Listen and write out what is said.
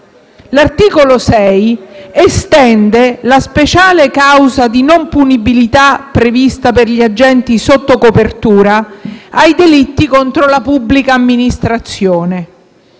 all'articolo 6, che estende la speciale causa di non punibilità prevista per gli agenti sotto copertura ai delitti contro la pubblica amministrazione,